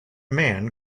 man